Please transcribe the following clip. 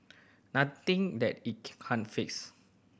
nothing that it can't fix